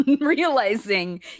realizing